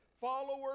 followers